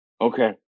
Okay